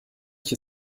ich